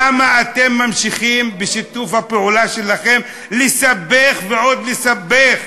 למה אתם ממשיכים בשיתוף הפעולה שלכם לסבך ועוד לסבך?